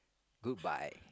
goodbye